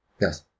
Yes